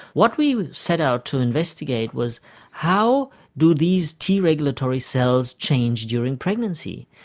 what we set out to investigate was how do these t regulatory cells change during pregnancy?